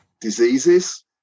diseases